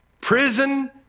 prison